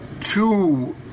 two